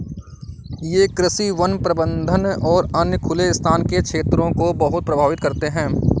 ये कृषि, वन प्रबंधन और अन्य खुले स्थान के क्षेत्रों को बहुत प्रभावित करते हैं